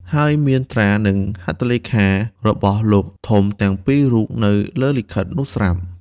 ហើយមានត្រា និង ហត្ថលេខា របស់លោកធំទាំងពីររូបនៅលើលិខិតនោះស្រាប់។